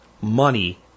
money